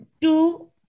two